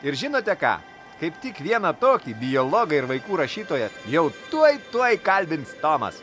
ir žinote ką kaip tik vieną tokį biologą ir vaikų rašytoją jau tuoj tuoj kalbins tomas